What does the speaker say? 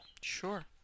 Sure